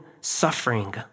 suffering